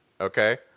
okay